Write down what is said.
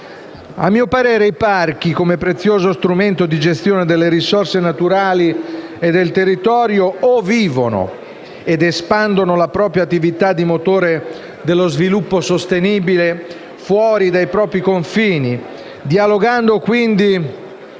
A mio parere i parchi, come prezioso strumento di gestione delle risorse naturali e del territorio, o vivono ed espandono la propria attività di motore dello sviluppo sostenibile fuori dai propri confini, dialogando quindi